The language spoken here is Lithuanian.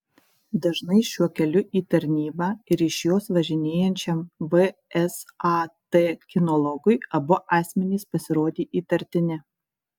dažnai šiuo keliu į tarnybą ir iš jos važinėjančiam vsat kinologui abu asmenys pasirodė įtartini